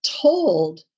told